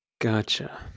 gotcha